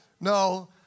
no